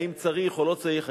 האם צריך או לא צריך.